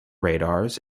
radars